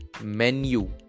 menu